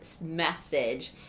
message